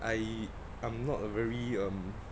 I I'm not a very um